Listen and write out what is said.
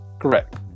Correct